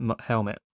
helmet